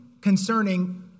concerning